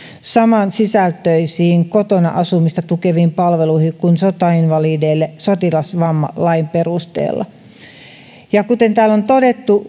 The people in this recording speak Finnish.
samansisältöisiin kotona asumista tukeviin palveluihin kuin sotainvalideille sotilasvammalain perusteella kuten täällä on todettu